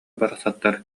барахсаттар